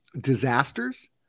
disasters